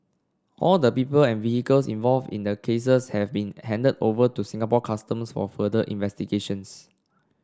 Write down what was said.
all the people and vehicles involved in the cases have been handed over to Singapore Customs for further investigations